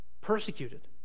Persecuted